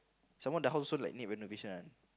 some more the house also like need renovation one